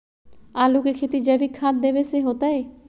आलु के खेती जैविक खाध देवे से होतई?